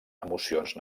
emocions